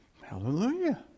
Hallelujah